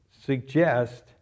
suggest